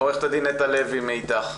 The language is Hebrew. עורכת הדין נטע לוי מ"איתך".